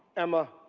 emma.